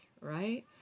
right